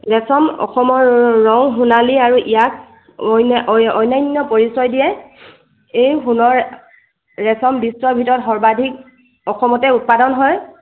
ৰেছম অসমৰ ৰং সোণালী আৰু ইয়াক অনান্য পৰিচয় দিয়াই এই সোণৰ ৰেছম বিশ্বৰ ভিতৰত সৰ্বাধিক অসমতে উৎপাদন হয়